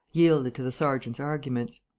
yielded to the sergeant's arguments.